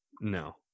No